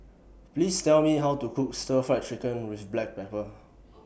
Please Tell Me How to Cook Stir Fried Chicken with Black Pepper